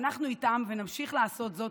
אנחנו איתם ונמשיך לעשות זאת,